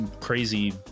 crazy